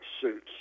suits